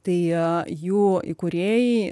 tai jų įkūrėjai